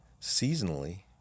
seasonally